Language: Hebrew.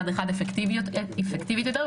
אפקטיבית יותר,